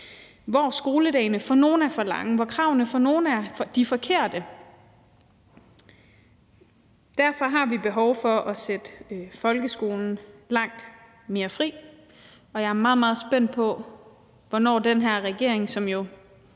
hvor skoledagene for nogle er for lange, og hvor kravene for nogle er de forkerte. Derfor har vi behov for at sætte folkeskolen langt mere fri, og jeg er meget, meget spændt på, hvornår den her regering, som jo